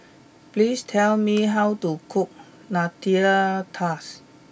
please tell me how to cook Nutella Tart